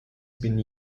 been